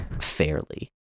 fairly